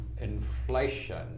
inflation